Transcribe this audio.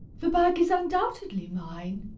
the bag is undoubtedly mine.